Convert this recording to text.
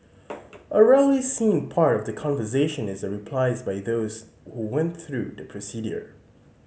a rarely seen part of that conversation is the replies by those who went through the procedure